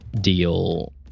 deal